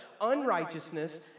unrighteousness